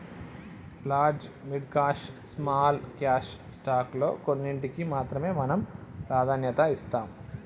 large mid cap small cap stock లో కొన్నింటికీ మాత్రమే మనం ప్రాధాన్యత ఇస్తాం